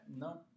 no